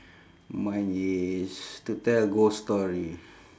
mine is to tell ghost story